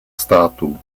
států